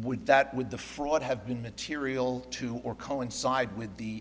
would that with the fraud have been material to or coincide with the